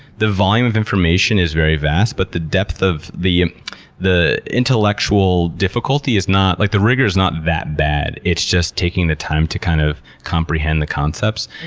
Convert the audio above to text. the volume of information is very vast, but the depth, the the intellectual difficulty is not, like the rigor is not that bad. it's just taking the time to kind of comprehend the concepts,